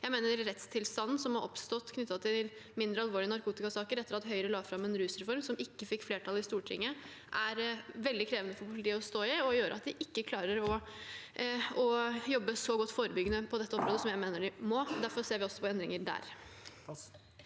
Jeg mener at rettstilstanden som har oppstått knyttet til mindre alvorlige narkotikasaker etter at Høyre la fram en rusreform som ikke fikk flertall i Stortinget, er veldig krevende for politiet å stå i, og det gjør at de ikke klarer å jobbe så godt forebyggende på dette området som jeg mener de må. Derfor ser vi også på endringer der.